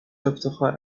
افتخار